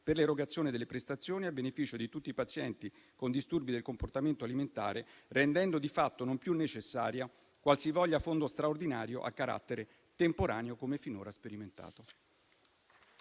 per l'erogazione delle prestazioni a beneficio di tutti i pazienti con disturbi del comportamento alimentare, rendendo di fatto non più necessario qualsivoglia fondo straordinario a carattere temporaneo, come finora sperimentato.